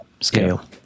scale